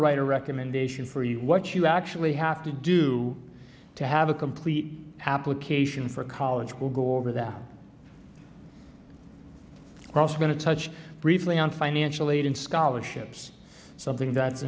write a recommendation for you what you actually have to do to have a complete application for college will go over that we're also going to touch briefly on financial aid and scholarships something that's